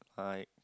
I